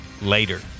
later